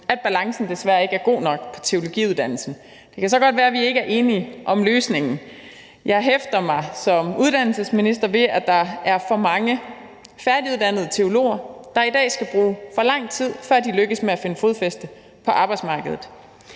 at balancen desværre ikke er god nok på teologiuddannelsen. Det kan så godt være, at vi ikke er enige om løsningen. Jeg hæfter mig som uddannelsesminister ved, at der er for mange færdiguddannede teologer, der i dag skal bruge for lang tid, før de lykkes med at finde fodfæste på arbejdsmarkedet.